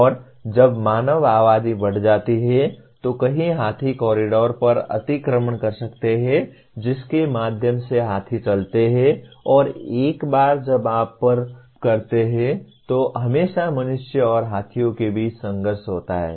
और जब मानव आबादी बढ़ जाती है तो कोई हाथी कॉरिडोर पर अतिक्रमण कर सकता है जिसके माध्यम से हाथी चलते हैं और एक बार जब आप पार करते हैं तो हमेशा मनुष्यों और हाथियों के बीच संघर्ष होता है